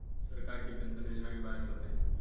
सरकार के पेंशन योजना के बारे में बताईं?